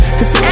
Cause